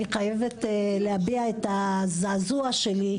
אני חייבת להביע את הזעזוע שלי,